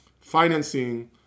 financing